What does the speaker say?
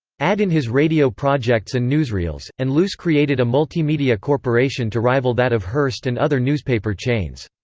add in his radio projects and newsreels, and luce created a multimedia corporation to rival that of hearst and other newspaper chains.